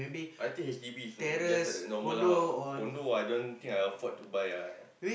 I think H_D_B just a normal house lah condo I don't think I afford to buy ah